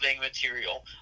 material